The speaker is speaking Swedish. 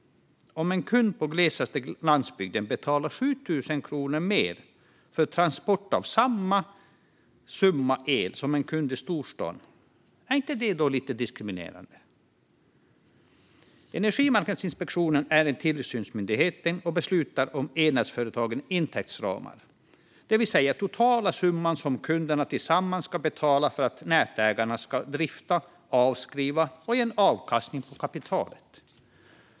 Om en kund på glesaste landsbygden betalar 7 000 kronor mer för transport av samma summa el som en kund i storstaden, är inte det lite diskriminerande? Energimarknadsinspektionen är tillsynsmyndighet och beslutar om elnätsföretagens intäktsramar, det vill säga den totala summa som kunderna tillsammans ska betala för att nätägarna ska drifta, avskriva och ge avkastning på kapitalet.